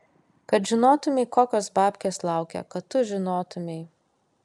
kad žinotumei kokios babkės laukia kad tu žinotumei